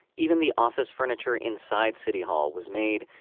even the office furniture inside city hall was made,